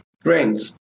friends